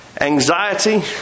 Anxiety